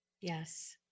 Yes